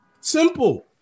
Simple